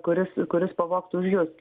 kuris kuris pavogtų už jus